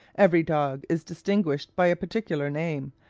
every dog is distinguished by a particular name,